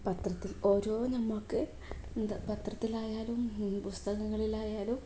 പത്രത്തിൽ ഓരോ നമുക്ക് എന്താ പത്രത്തിലായാലും പുസ്തകങ്ങളിലായാലും